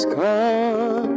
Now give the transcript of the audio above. come